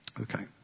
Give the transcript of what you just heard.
Okay